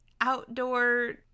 outdoor